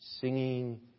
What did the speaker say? singing